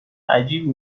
عجیبی